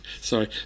Sorry